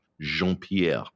Jean-Pierre